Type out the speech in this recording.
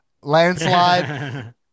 landslide